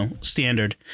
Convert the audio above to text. standard